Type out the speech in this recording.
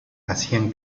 hacían